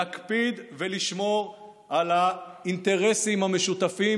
להקפיד ולשמור על האינטרסים המשותפים,